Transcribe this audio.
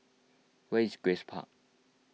where is Grace Park